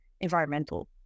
environmental